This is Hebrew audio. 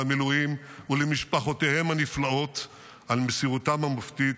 המילואים ולמשפחותיהם הנפלאות על מסירותם המופתית.